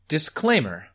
Disclaimer